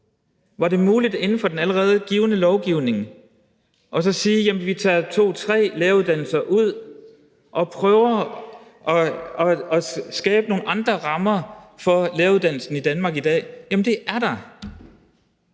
var muligt inden for den allerede givne lovgivning at sige: Vi tager to-tre læreruddannelser ud og prøver at skabe nogle andre rammer for læreruddannelsen i Danmark i dag. Jamen det er der.